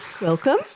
Welcome